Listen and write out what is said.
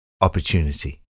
opportunity